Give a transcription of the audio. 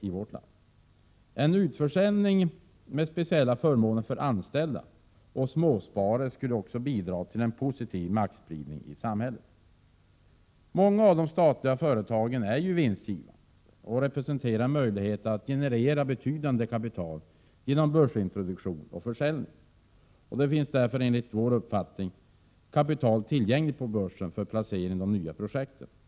Dessutom skulle en utförsäljning med speciella förmåner för anställda och småsparare bidra till en positiv maktspridning i samhället. Många av de statliga företagen är vinstgivande och representerar en möjlighet att generera betydande kapital genom börsintroduktion och försäljning. Det finns därför enligt vår uppfattning kapital tillgängligt på börsen för placering i nya projekt.